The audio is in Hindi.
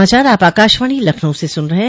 यह समाचार आप आकाशवाणी लखनऊ से सुन रहे हैं